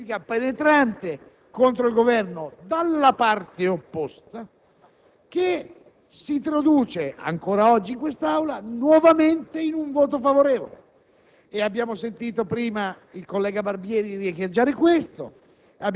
troviamo un altro esempio di critica penetrante contro il Governo, ma dalla parte opposta, che si traduce in quest'Aula nuovamente in un voto favorevole.